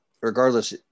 regardless